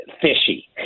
fishy